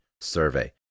survey